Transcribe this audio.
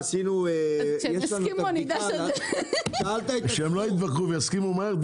כשהם לא יתווכחו ויסכימו מהר,